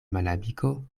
malamiko